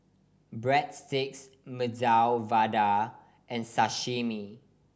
Breadsticks Medu Vada and Sashimi